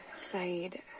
Saeed